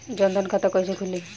जनधन खाता कइसे खुली?